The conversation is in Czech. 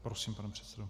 Prosím, pane předsedo.